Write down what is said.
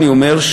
אני אומר,